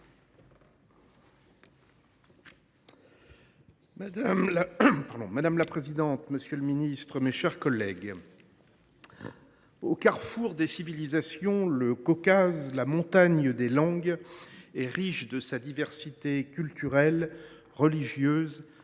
Madame la présidente, monsieur le ministre, mes chers collègues, au carrefour des civilisations, le Caucase, « montagne des langues », est riche de sa diversité culturelle, religieuse,